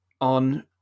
on